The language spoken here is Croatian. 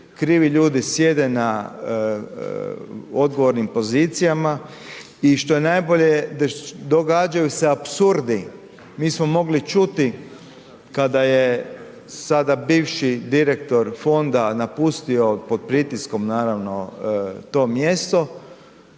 krivi ljudi sjede na odgovornim pozicijama i što je najbolje događaju se apsurdi. Mi smo mogli čuti kada je sada bivši direktor fonda napustio pod pritiskom naravno to mjesto,